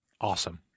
Awesome